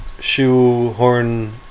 shoehorn